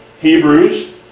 Hebrews